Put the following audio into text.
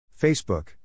Facebook